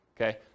okay